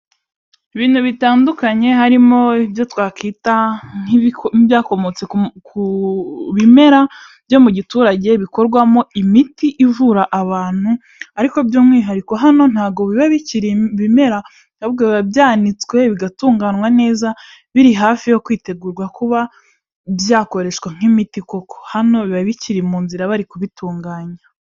Ibintu bitandukanye harimo ibyo twakwita nk'ibyakomotse ku bimera byo mu giturage bikorwamo imiti ivura abantu, ariko by'umwihariko hano ntago biba bikiri ibimera ahubwo biba byanitswe bigatunganywa neza biri hafi yo kwitegurarwa kuba byakoreshwa nk'imiti koko, hano biba bikiri mu nzira bari kubitunganya.